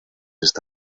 está